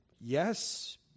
Yes